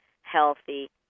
healthy